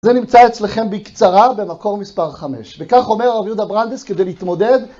זה נמצא אצלכם בקצרה, במקור מספר 5. וכך אומר רבי יהודה ברנדס כדי להתמודד.